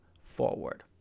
forward